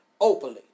openly